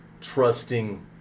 trusting